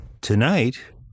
Tonight